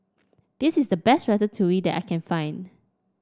this is the best Ratatouille that I can find